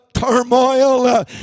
turmoil